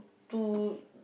to